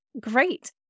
great